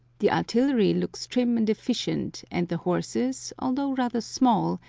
the artillery looks trim and efficient, and the horses, although rather small,